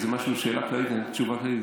כי זאת שאלה כללית ואני אתן תשובה כללית.